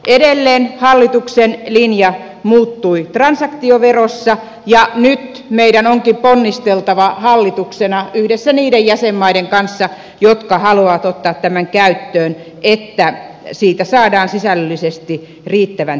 edelleen hallituksen linja muuttui transaktioverossa ja nyt meidän onkin ponnisteltava hallituksena yhdessä niiden jäsenmaiden kanssa jotka haluavat ottaa tämän käyttöön että siitä saadaan sisällöllisesti riittävän tehokas